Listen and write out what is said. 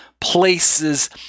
places